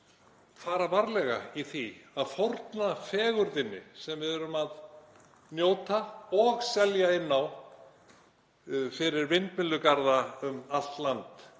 fara varlega í því að fórna fegurðinni, sem við erum að njóta og selja inn á, fyrir vindmyllugarða um allt land.